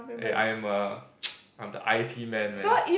eh I am a I'm the i_t man man